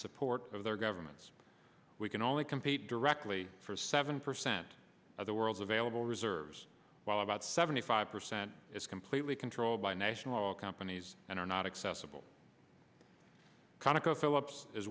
support of their governments we can only compete directly for seven percent of the world's available reserves while about seventy five percent is completely controlled by national companies and are not accessible conoco phillips is